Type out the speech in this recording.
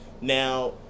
Now